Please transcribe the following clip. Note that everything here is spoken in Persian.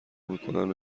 میکنن